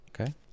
okay